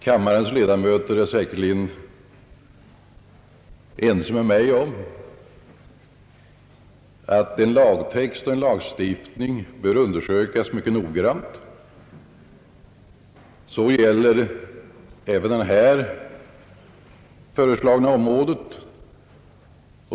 Kammarens ledamöter är säkerligen ense med mig om att frågor om lagtext eller lagstiftning bör undersökas mycket noggrant. Detta gäller även det nu aktuella området.